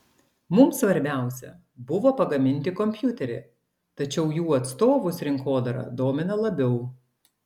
mums svarbiausia buvo pagaminti kompiuterį tačiau jų atstovus rinkodara domina labiau